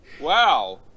wow